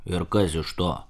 ir kas iš to